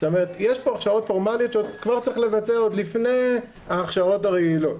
זאת אומרת יש פה הכשרות פורמליות שצריך לבצע עוד לפני ההכשרות הרגילות,